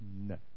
no